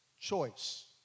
choice